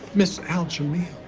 miss al-jamil,